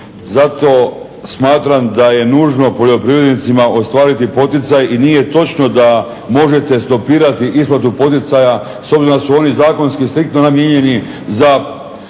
Zato smatramo da je nužno poljoprivrednicima ostvariti poticaj i nije točno da možete stopirati isplatu poticaja s obzirom da su oni zakonski striktno namijenjeni za